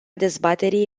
dezbaterii